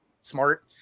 smart